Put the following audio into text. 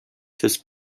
his